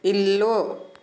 ఇల్లు